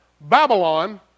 Babylon